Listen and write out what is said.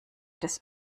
des